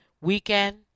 weekend